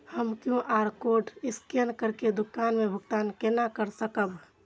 हम QR code scan करके दुकान में भुगतान केना कर सकब?